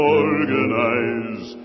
organize